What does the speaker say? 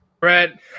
Brett